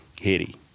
Haiti